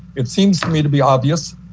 it seems to me to be obvious